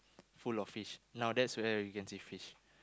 full of fish now that's where we can see fish